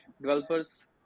developers